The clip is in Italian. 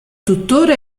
tuttora